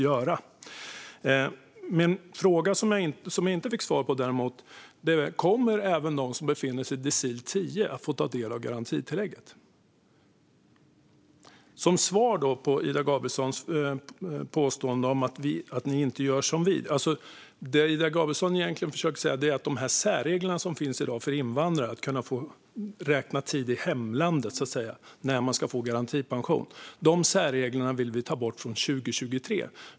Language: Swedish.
Den fråga som jag däremot inte fick svar på är: Kommer även de som befinner sig i decil 10 att få ta del av garantitillägget? Ida Gabrielsson påstår att vi inte gör som ni. Det hon egentligen försöker säga med det är att vi vill ta bort de särregler som finns i dag för invandrare om att de ska kunna få räkna tid i hemlandet när de ska få garantipension, och det vill vi göra från 2023.